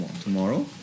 tomorrow